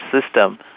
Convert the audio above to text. system